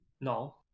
No